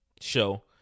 show